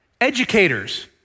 Educators